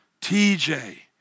TJ